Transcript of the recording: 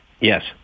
Yes